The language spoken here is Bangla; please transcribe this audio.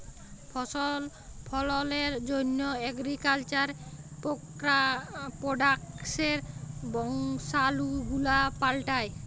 ফসল ফললের জন্হ এগ্রিকালচার প্রডাক্টসের বংশালু গুলা পাল্টাই